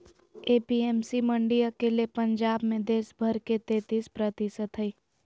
APMC मंडी अकेले पंजाब मे देश भर के तेतीस प्रतिशत हई